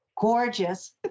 Gorgeous